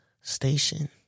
station